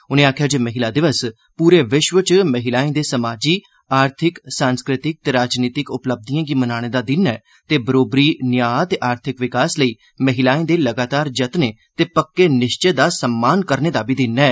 उनें आक्खेया जे महिला दिवस पूरे विश्व च महिलायें दे सामाजिक आर्थिक सांस्कृतिक ते राजनीतिक उपलब्धियें गी मनाने दा दिन ऐ ते बरोबरी न्याय ते आर्थिक विकास लेई महिलायें दे लगातार जतनें ते पक्के निश्चय दा सम्मान करने दा बी दिन ऐ